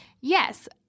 Yes